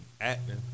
acting